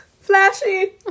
flashy